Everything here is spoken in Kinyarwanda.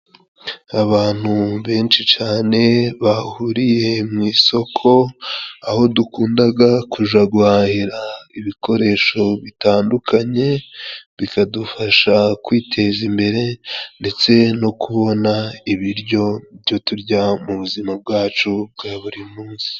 Abantu benshi cane bahuriye mu isoko, aho dukundaga kuja guhahira ibikoresho bitandukanye; bikadufasha kwiteza imbere ndetse no kubona ibiryo byo turya mu buzima bwacu bwa buri munsi.